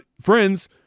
friends